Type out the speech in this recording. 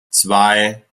zwei